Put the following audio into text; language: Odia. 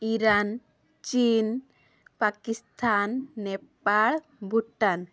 ଇରାନ ଚୀନ ପାକିସ୍ତାନ ନେପାଳ ଭୁଟାନ